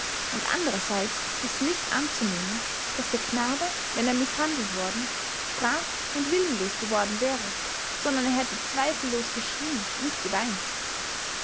und andererseits ist nicht anzunehmen daß der knabe wenn er mißhandelt worden sprach und willenlos geworden wäre sondern er hätte zweifellos geschrien und geweint